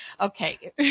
Okay